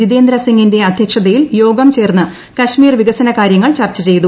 ജിതേന്ദ്ര സിംഗിന്റെ അധ്യക്ഷതയിൽ യോഗം ചേർന്ന് കശ്മീർ വികസന കാര്യങ്ങൾ ചർച്ച് ചെയ്തു